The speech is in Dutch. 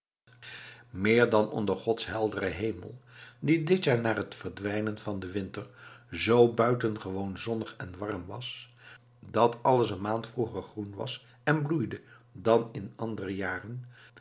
meer dan onder gods helderen hemel die dit jaar na het verdwijnen van den winter zoo buitengewoon zonnig en warm was dat alles eene maand vroeger groen was en bloeide dan in andere jaren